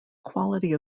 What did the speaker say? quality